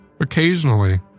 occasionally